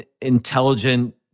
intelligent